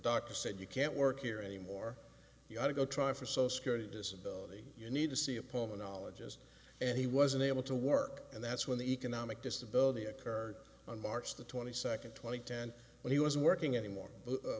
doctor said you can't work here anymore you have to go try for so security disability you need to see a pomo knowledge is and he was unable to work and that's when the economic disability occurred on march the twenty second twenty ten when he was working anymore